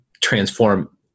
transform